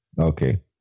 Okay